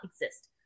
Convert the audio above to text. exist